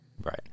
right